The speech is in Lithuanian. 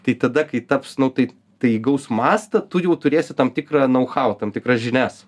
tai tada kai taps nu tai tai įgaus mastą tu jau turėsi tam tikrą nauchau tam tikras žinias